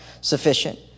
sufficient